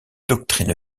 doctrine